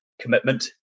commitment